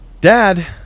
Dad